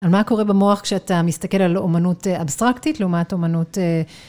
על מה קורה במוח כשאתה מסתכל על אמנות אבסטרקטית לעומת אמנות...